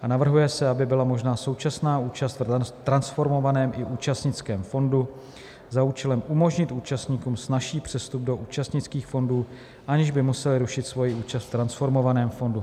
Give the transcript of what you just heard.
A navrhuje se, aby byla možná současná účast v transformovaném i účastnickém fondu za účelem umožnit účastníkům snazší přestup do účastnických fondů, aniž by museli rušit svoji účast v transformovaném fondu.